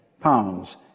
pounds